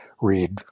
read